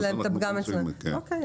בסדר.